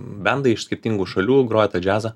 bendai iš skirtingų šalių groja tą džiazą